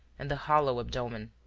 and the hollow abdomen.